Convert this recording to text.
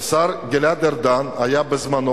והשר גלעד ארדן היה בזמנו,